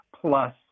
plus